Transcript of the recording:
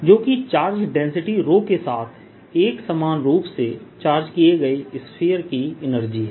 जो कि charge density rho के साथ एक समान रूप से चार्ज किए गए स्फीयर की एनर्जी है